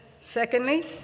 secondly